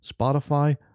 Spotify